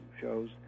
shows